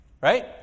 right